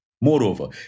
Moreover